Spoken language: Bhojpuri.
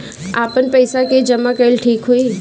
आपन पईसा के जमा कईल ठीक होई?